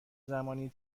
زمانی